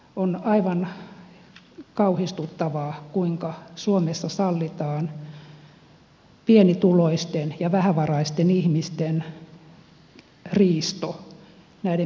on aivan kauhistuttavaa kuinka suomessa sallitaan pienituloisten ja vähävaraisten ihmisten riisto näiden pikavippien muodossa